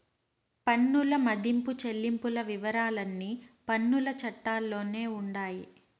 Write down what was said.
పన్నుల మదింపు చెల్లింపుల వివరాలన్నీ పన్నుల చట్టాల్లోనే ఉండాయి